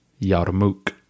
Yarmouk